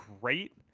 great